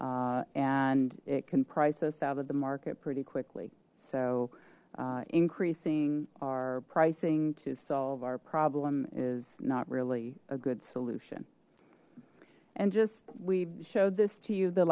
increases and it can price us out of the market pretty quickly so increasing our pricing to solve our problem is not really a good solution and just we showed this to you the